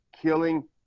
killing